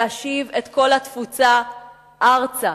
להשיב את כל התפוצה ארצה,